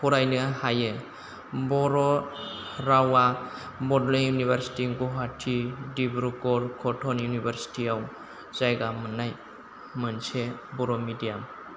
फरायनो हायो बर' रावा बड'लेण्ड इउनिभारसिटि गुवाहाटी डिब्रुगढ़ कटन इउनिभारसिटिआव जायगा मोननाय मोनसे बर' मिडियाम